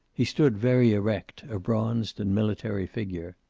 he stood very erect, a bronzed and military figure.